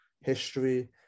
history